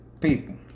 people